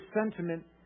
sentiment